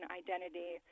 identity